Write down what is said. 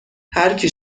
هرکی